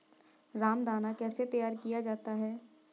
रामदाना कैसे तैयार किया जाता है?